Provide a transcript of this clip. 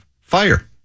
fire